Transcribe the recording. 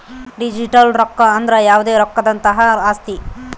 digital ರೊಕ್ಕ ಅಂದ್ರ ಯಾವ್ದೇ ರೊಕ್ಕದಂತಹ ಆಸ್ತಿ